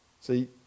See